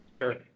Sure